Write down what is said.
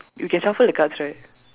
you can shuffle the cards right